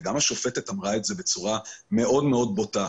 וגם השופטת אמרה את זה בצורה מאוד מאוד בוטה,